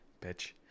Bitch